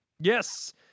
yes